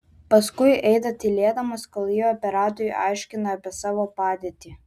paskui eina tylėdamas kol ji operatoriui aiškina apie savo padėtį